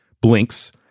blinks